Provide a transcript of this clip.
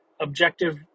objective